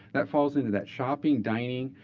that falls into that shopping, dining,